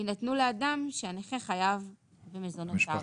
יינתנו לאדם שהנכה חייב במזונותיו.